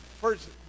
First